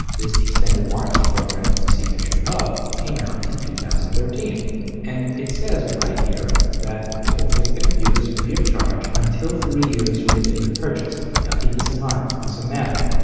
this extended warranty program that you see pictured above, came out in two thousand and thirteen and it says right here that it will fix the computers free of charge until three years from the date of purchase. now keep this in mind. let's do some math here.